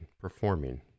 performing